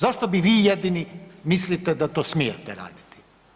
Zašto bi vi jedini mislite da to smijete raditi?